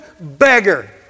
beggar